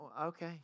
Okay